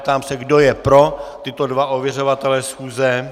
Ptám se, kdo je pro tyto dva ověřovatele schůze.